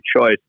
choice